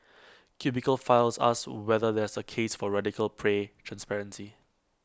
cubicle files asks whether there's A case for radical pay transparency